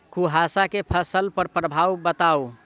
कुहासा केँ फसल पर प्रभाव बताउ?